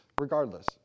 regardless